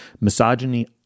misogyny